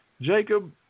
Jacob